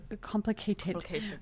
Complicated